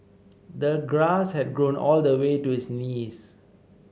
the grass had grown all the way to his knees